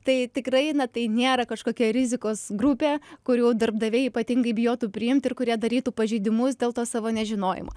tai tikrai na tai nėra kažkokia rizikos grupė kurių darbdaviai ypatingai bijotų priimt ir kurie darytų pažeidimus dėl to savo nežinojimo